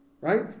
right